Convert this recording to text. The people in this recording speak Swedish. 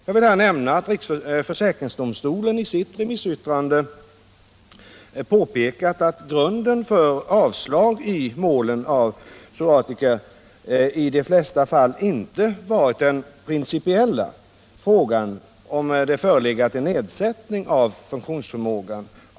Jag kan nämna att försäkringsdomstolen i sitt remissyttrande påpekat att grunden för avslag i en viss typ av mål i de flesta fall inte varit den principiella frågan om det förelegat en nedsättning av funktionsförmågan.